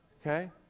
Okay